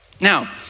Now